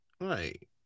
Right